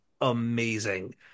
amazing